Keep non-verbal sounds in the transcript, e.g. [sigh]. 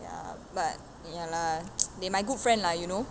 ya but ya lah [noise] they my good friend lah you know